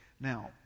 Now